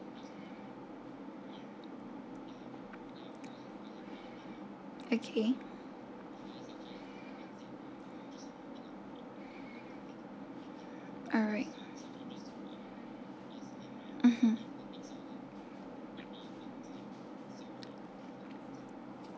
okay alright mmhmm